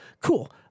cool